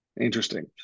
interesting